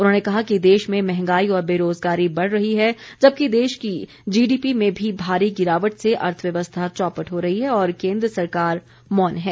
उन्होंने कहा कि देश में महंगाई और बेरोजगारी बढ़ रही है जबकि देश की जीडीपी में भी भारी गिरावट से अर्थव्यवस्था चौपट हो रही है और केन्द्र सरकार मौन है